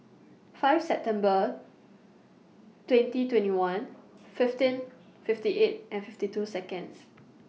five September twenty twenty one fifteen fifty eight and fifty two Seconds